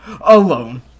alone